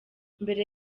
mbere